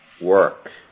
work